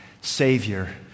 Savior